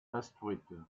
instruite